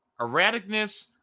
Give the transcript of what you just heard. erraticness